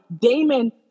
Damon